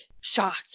shocked